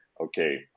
okay